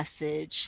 message